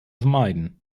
vermeiden